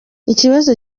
ikibazo